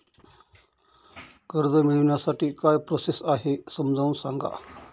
कर्ज मिळविण्यासाठी काय प्रोसेस आहे समजावून सांगा